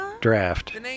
draft